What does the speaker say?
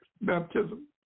baptism